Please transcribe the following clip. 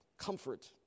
Comfort